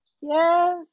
Yes